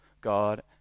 God